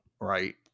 Right